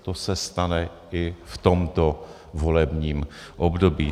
To se stane i v tomto volebním období.